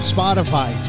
Spotify